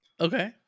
Okay